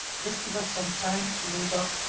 just give us some time to load up